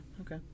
okay